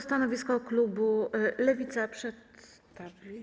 Stanowisko klubu Lewica przedstawi.